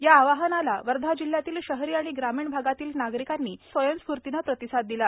या आवाहनाला वर्धा जिल्ह्यातील शहरी आणि ग्रामीण भागातील नागरिकांनी रविवारी स्वयंस्फूर्तीने प्रतिसाद दिला